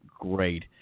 great –